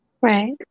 Right